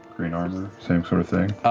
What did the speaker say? kryn armor, same sort of thing?